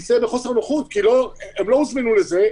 בכיסא בחוסר נוחות כי הם לא הוזמנו לזה,